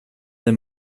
des